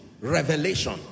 Revelation